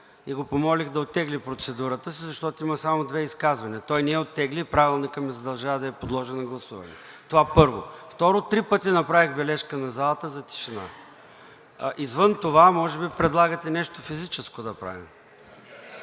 и го помолих да оттегли процедурата си, защото има само две изказвания. Той не я оттегли и Правилникът ме задължава да я подложа на гласуване – това, първо. Второ, три пъти направих бележка на залата за тишина. Извън това може би предлагате нещо физическо да правим?